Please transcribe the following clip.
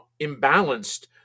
imbalanced